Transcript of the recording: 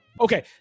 Okay